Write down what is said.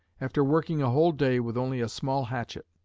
after working a whole day, with only a small hatchet,